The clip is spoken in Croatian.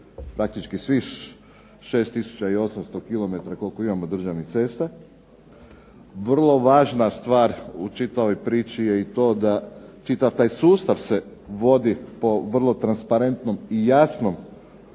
svih 6800 km koliko imamo državnih cesta. Vrlo važna stvar u čitavoj priči je i to da čitav taj sustav se vodi po vrlo transparentnom i jasnom